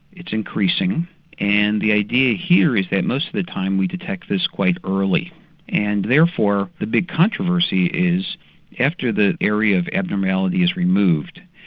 it's increasing and the idea here is that most of the time we detect this quite early and therefore the big controversy is after the area of abnormality is removed,